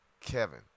Kevin